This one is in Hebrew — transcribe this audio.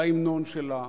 בהמנון שלה,